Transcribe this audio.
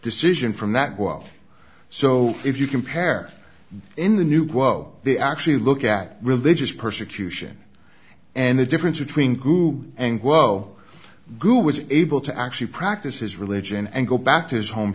decision from that well so if you compare in the new quo they actually look at religious persecution and the difference between who and well goo was able to actually practice his religion and go back to his home